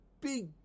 big